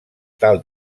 tal